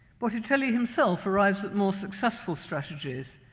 botticelli himself arrives at more successful strategies,